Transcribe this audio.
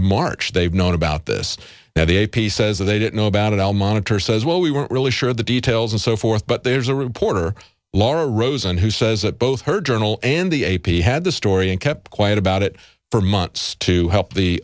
march they've known about this now the a p says they didn't know about it all monitor says well we weren't really sure of the details and so forth but there's a reporter laura rosen who says that both her journal and the a p had the story and kept quiet about it for months to help the